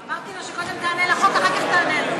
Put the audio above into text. אמרתי לו: קודם תענה לחוק, אחר כך תענה לו.